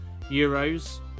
Euros